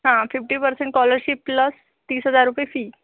हां fifty percent scholarship plus तीस हजार रुपये फी